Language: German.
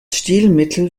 stilmittel